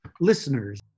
listeners